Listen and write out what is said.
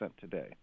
today